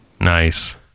nice